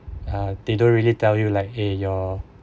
uh they don't really tell you like eh your